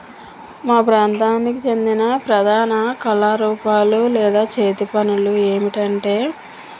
మా ప్రాంతానికి చెందిన ప్రధాన కళారూపాలు లేదా చేతి పనులు ఏంటంటే